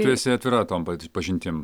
tu esi atvira tom pa pažintim